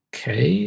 Okay